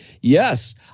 yes